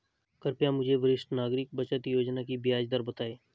कृपया मुझे वरिष्ठ नागरिक बचत योजना की ब्याज दर बताएं